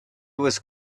was